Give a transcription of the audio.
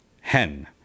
Hen